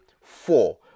four